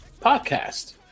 podcast